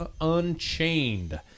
unchained